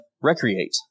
recreate